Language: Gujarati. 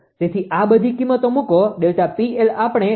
તેથી આ બધી કિંમતો મૂકો ΔPL આપણે 0